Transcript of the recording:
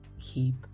keep